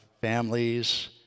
families